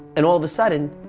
and all of a sudden,